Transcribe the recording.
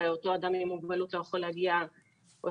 ואותו אדם עם מוגבלות יכול להגיע לפארמה,